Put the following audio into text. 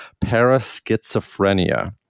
paraschizophrenia